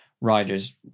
riders